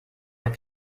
have